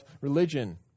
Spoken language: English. religion